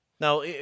Now